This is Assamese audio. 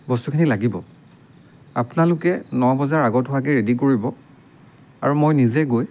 বস্তুখিনি লাগিব আপোনালোকে ন বজাৰ আগত হোৱাকৈ ৰেডী কৰিব আৰু মই নিজে গৈ